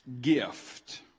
gift